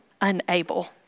unable